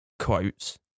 Quotes